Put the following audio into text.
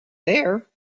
there